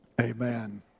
Amen